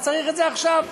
צריך את זה עכשיו.